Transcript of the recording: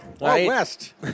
West